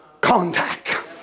contact